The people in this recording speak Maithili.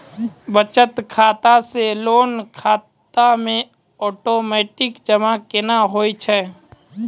बचत खाता से लोन खाता मे ओटोमेटिक जमा केना होय छै?